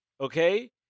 Okay